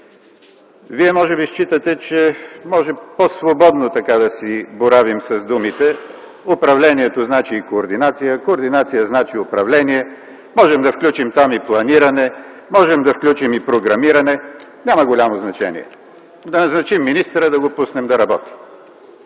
Вие може би считате, че може по-свободно да си боравим с думите. Управлението значи координация, координацията значи управление, можем там да включим планиране, програмиране, няма голямо значение. Да назначим министъра и го пуснем да работи.